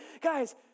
guys